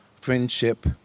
friendship